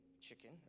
chicken